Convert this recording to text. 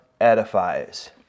edifies